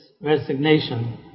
resignation